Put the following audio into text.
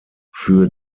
für